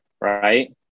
right